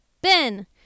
Ben